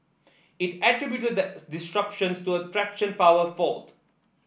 it attributed the disruptions to a traction power fault